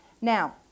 Now